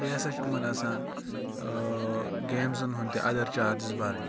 بیٚیہِ ہَسا چھُ یِمَن آسان گیمزَن ہُنٛد تہِ اَدَر چارجِز بَرٕنۍ